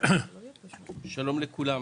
שלום לכולם.